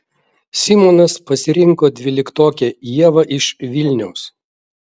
simonas pasirinko dvyliktokę ievą iš vilniaus